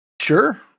Sure